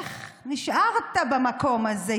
איך נשארת במקום הזה,